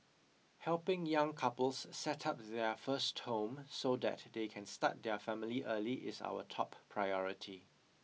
helping young couples set up their first home so that they can start their family early is our top priority